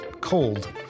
cold